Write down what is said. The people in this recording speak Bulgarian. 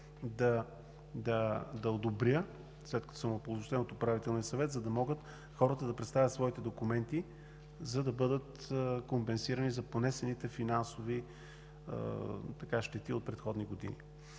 да одобря, след като съм упълномощен от Управителния съвет, за да могат хората да представят своите документи, за да бъдат компенсирани за понесените финансови щети от предходни години.